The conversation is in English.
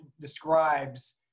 describes